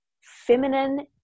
feminine